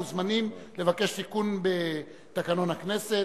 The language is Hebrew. מוזמנים לבקש תיקון בתקנון הכנסת.